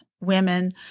women